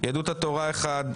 יהדות התורה אחד,